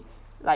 like